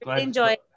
enjoy